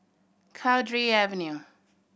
Cowdray Avenue